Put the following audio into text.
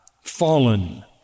fallen